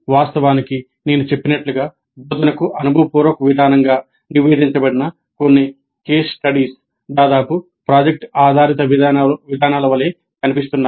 వాస్తవానికి బోధనకు అనుభవపూర్వక విధానంగా నివేదించబడిన కొన్ని కేస్ స్టడీస్ దాదాపు ప్రాజెక్ట్ ఆధారిత విధానాల వలె కనిపిస్తున్నాయి